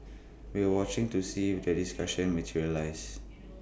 we'll watching to see if this discussion materializes